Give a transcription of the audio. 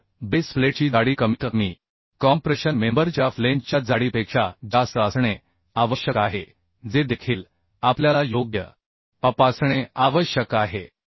तर बेस प्लेटची जाडी कमीतकमी कॉम्प्रेशन मेंबर च्या फ्लेंजच्या जाडीपेक्षा जास्त असणे आवश्यक आहे जे देखील आपल्याला योग्य तपासणे आवश्यक आहे